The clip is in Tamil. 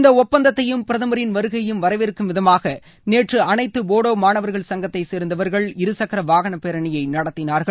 இந்த ஒப்பந்தத்தையும் பிரதமரின் வருகையயும் வரவேற்கும் விதமாக நேற்று அளைத்து போடோ மாணவர்கள் சங்கத்தை சேர்ந்தவர்கள் இருசக்கர வாகன பேரணியை நடத்தினார்கள்